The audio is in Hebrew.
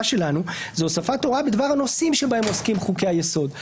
שלנו - בדבר הנושאים בהם עוסקים חוקי היסוד.